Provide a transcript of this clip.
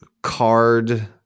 card